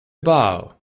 bow